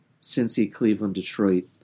Cincy-Cleveland-Detroit